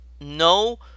No